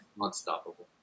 unstoppable